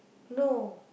no